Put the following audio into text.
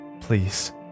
Please